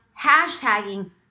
hashtagging